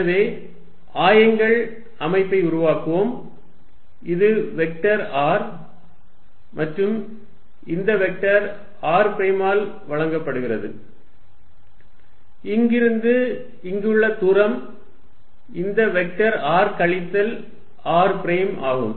எனவே ஆயங்கள் அமைப்பை உருவாக்குவோம் இது வெக்டர் r மற்றும் இந்த வெக்டர் r பிரைமால் வழங்கப்படுகிறது இங்கிருந்து இங்குள்ள தூரம் இந்த வெக்டர் r கழித்தல் r பிரைம் ஆகும்